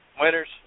winners